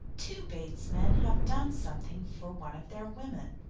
two bates men have done something for one of their women.